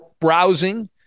browsing